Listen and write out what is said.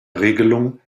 regelung